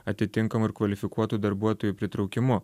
atitinkamai ir kvalifikuotų darbuotojų pritraukimu